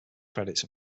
credits